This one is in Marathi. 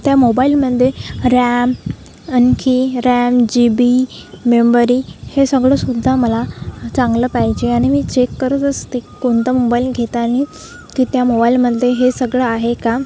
त्या मोबाइलमध्ये रॅम आणखी रॅम जी बी मेंबरी हे संगडंसुद्धा मला चांगलं पाहिजे आणि मी चेक करत असते कोणता मोबाइल घेतानी की त्या मोबाइलमध्ये हे सगळं आहे का